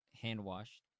hand-washed